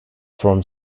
from